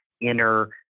inner